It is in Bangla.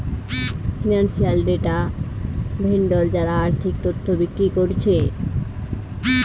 ফিনান্সিয়াল ডেটা ভেন্ডর যারা আর্থিক তথ্য বিক্রি কোরছে